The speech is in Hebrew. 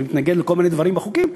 אני מתנגד לכל מיני דברים בחוקים,